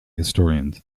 historians